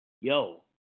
Yo